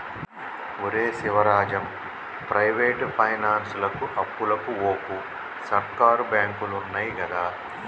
ఒరే శివరాజం, ప్రైవేటు పైనాన్సులకు అప్పుకు వోకు, సర్కారు బాంకులున్నయ్ గదా